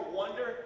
wonder